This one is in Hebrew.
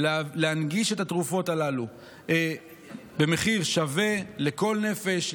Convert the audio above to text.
להנגיש את התרופות הללו במחיר שווה לכל נפש,